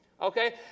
Okay